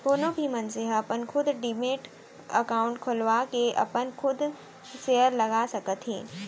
कोनो भी मनसे ह अपन खुद डीमैट अकाउंड खोलवाके अपन खुद सेयर लगा सकत हे